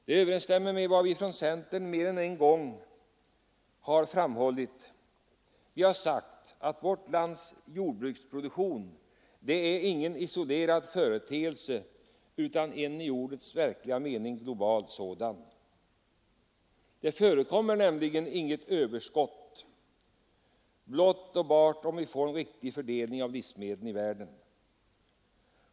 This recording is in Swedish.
Det överensstämmer med vad vi från centern mer än en gång har framhållit. Vi har sagt att vårt lands jordbruksproduktion är ingen isolerad företeelse utan en i ordets verkliga mening global sådan. Det förekommer nämligen inget överskott, om vi blott får en riktig fördelning av livsmedlen i världen.